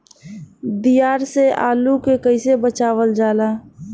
दियार से आलू के कइसे बचावल जाला?